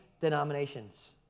denominations